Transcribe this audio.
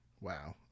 Wow